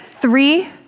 Three